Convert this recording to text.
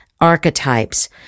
archetypes